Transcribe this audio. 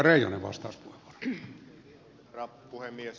arvoisa herra puhemies